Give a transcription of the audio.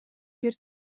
бир